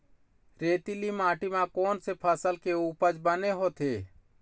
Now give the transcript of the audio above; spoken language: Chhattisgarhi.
रेतीली माटी म कोन से फसल के उपज बने होथे?